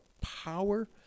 power